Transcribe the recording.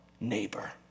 neighbor